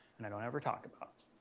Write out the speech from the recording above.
and i don't ever talk about.